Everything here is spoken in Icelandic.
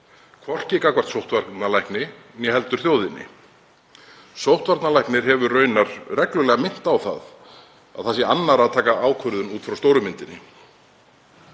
hvorki gagnvart sóttvarnalækni né heldur þjóðinni. Sóttvarnalæknir hefur raunar reglulega minnt á að það sé annarra að taka ákvörðun út frá stóru myndinni.